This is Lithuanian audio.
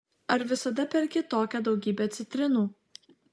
ar visada perki tokią daugybę citrinų